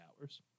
hours